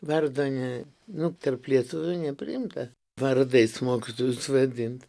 vardo ne nu tarp lietuvių nepriimta vardais mokytojus vadint